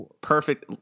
perfect